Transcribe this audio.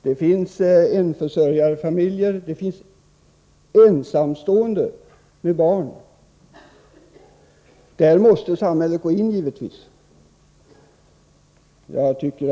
Det finns enförsörjarfamiljer. Det finns ensamstående med barn. I de fallen måste samhället givetvis gå in och hjälpa människorna.